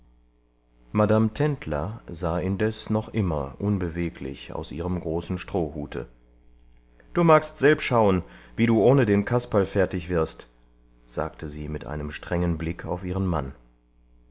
madame tendler sah indes noch immer unbeweglich aus ihrem großen strohhute du magst selb schauen wie du ohne den kasperl fertig wirst sagte sie mit einem strengen blick auf ihren mann